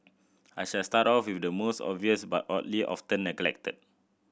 I shall start off with the most obvious but oddly often neglected